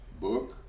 book